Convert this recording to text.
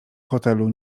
hotelu